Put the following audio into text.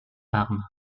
arme